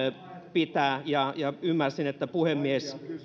pitää ja ja ymmärsin että puhemies